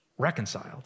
Reconciled